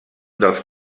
dels